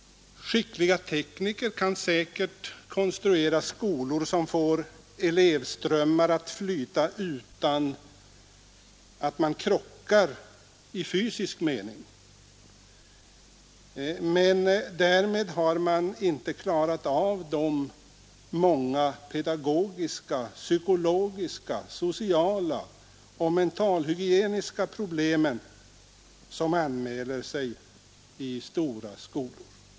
Skickliga tekniker kan säkert konstruera skolor som får elevströmmar att flyta utan att man krockar i fysisk mening. Men därmed har man inte klarat av de många pedagogiska, psykologiska, sociala och mentalhygieniska problem, som anmäler sig i stora skolor.